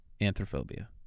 Anthrophobia